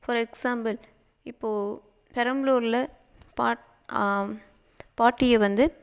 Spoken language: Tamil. ஃபார் எக்ஸாம்பிள் இப்போது பெரம்பலூரில் பாட் பாட்டியை வந்து